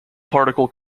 particle